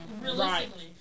Realistically